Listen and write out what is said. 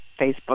Facebook